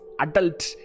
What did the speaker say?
adult